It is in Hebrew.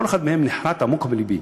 כל אחד מהם נחרת עמוק בלבי.